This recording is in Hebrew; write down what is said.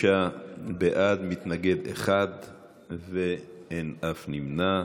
26 בעד, מתנגד אחד ואין אף נמנע.